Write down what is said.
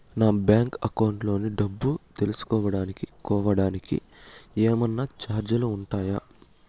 నా bank account లోని డబ్బు తెలుసుకోవడానికి కోవడానికి ఏమన్నా చార్జీలు ఉంటాయా?